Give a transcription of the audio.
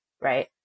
right